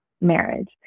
marriage